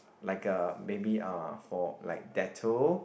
like uh maybe uh for like Dettol